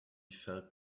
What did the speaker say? felt